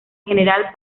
general